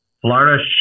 Florida